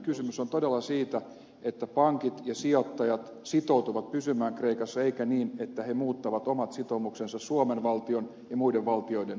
kysymys on todella siitä että pankit ja sijoittajat sitoutuvat pysymään kreikassa eikä siitä että he muuttavat omat sitoumuksensa suomen valtion ja muiden valtioiden sitoumuksiksi